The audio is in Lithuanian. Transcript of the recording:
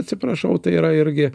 atsiprašau tai yra irgi